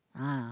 ah